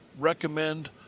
recommend